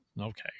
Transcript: okay